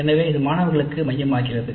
எனவே இது மாணவர்களுக்கு மையமாகிறது